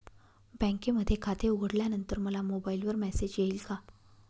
बँकेमध्ये खाते उघडल्यानंतर मला मोबाईलवर मेसेज येईल का?